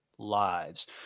lives